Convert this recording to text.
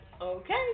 Okay